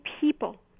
people